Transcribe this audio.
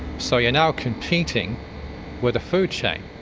so you are now competing with a food chain.